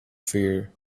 fear